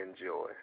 enjoy